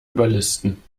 überlisten